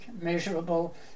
measurable